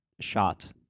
shot